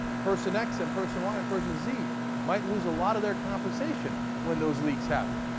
person x and person y and person z might lose a lot of their compensation when those leaks happen.